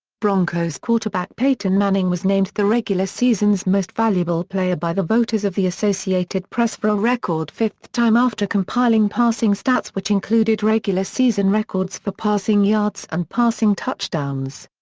broncos quarterback peyton manning was named the regular season's most valuable player by the voters of the associated press for a record fifth time after compiling passing stats which included regular season records for passing yards and passing touchdowns.